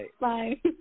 Bye